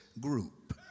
group